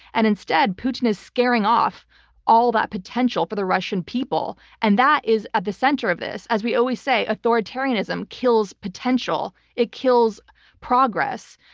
and instead, putin is scaring off all that potential for the russian people, and that is at the center of this. as we always say, authoritarianism kills potential. it kills progress,